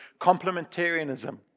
Complementarianism